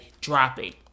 dropping